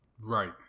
right